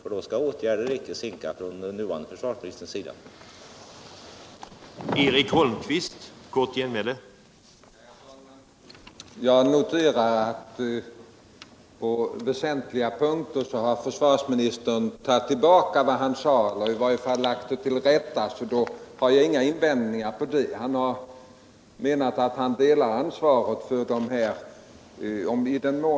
I så falt skall den nuvarande försvarsministern inte sinka med att vidta åtgärder.